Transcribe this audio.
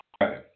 Right